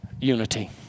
unity